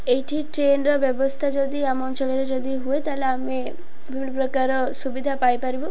ଏଇଠି ଟ୍ରେନ୍ର ବ୍ୟବସ୍ଥା ଯଦି ଆମ ଅଞ୍ଚଳରେ ଯଦି ହୁଏ ତା'ହେଲେ ଆମେ ବିଭିନ୍ନ ପ୍ରକାର ସୁବିଧା ପାଇପାରିବୁ